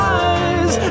eyes